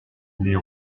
les